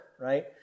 right